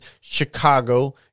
Chicago